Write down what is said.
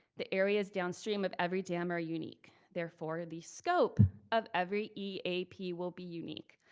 the areas downstream of every dam are unique, therefore the scope of every eap will be unique.